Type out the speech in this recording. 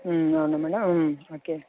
అవునా madam okay